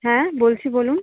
হ্যাঁ বলছি বলুন